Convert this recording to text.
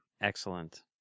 excellent